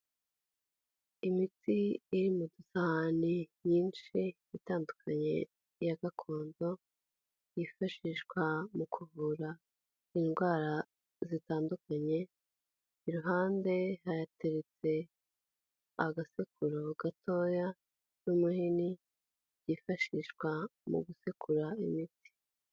Imiti iri mu dusahane nyinshi itandukanye ya gakondo, yifashishwa mu kuvura indwara zitandukanye, iruhande hateretse agasekuro gatoya n'umuhini byifashishwa mu gusekura imiti.